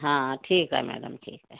हा ठीक आहे मॅडम ठीक आहे